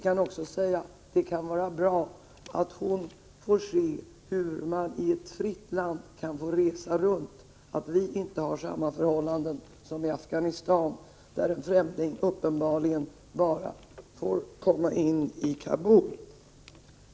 Man kan säga: Det kan vara bra att hon får se hur man i ett fritt land får resa runt — att vi inte har samma förhållanden som i Afghanistan, där främlingar uppenbarligen får komma in enbart i Kabul.